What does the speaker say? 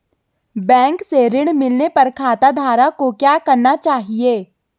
Bank से ऋण मिलने पर खाताधारक को क्या करना चाहिए?